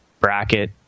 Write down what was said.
bracket